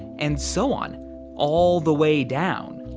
and so on all the way down.